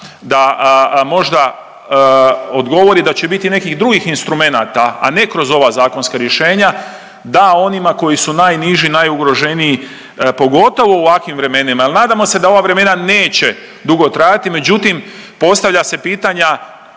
da možda odgovori da će biti i nekih drugih instrumenata, a ne kroz ova zakonska rješenja da onima koji su najniži, najugroženiji, pogotovo u ovakvim vremenima jer nadamo se da ova vremena neće dugo trajati, međutim, postavlja se pitanja